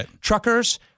Truckers